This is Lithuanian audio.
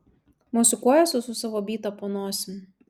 mosikuojasi su savo byta po nosim